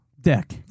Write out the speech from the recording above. Deck